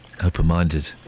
Open-minded